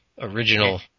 original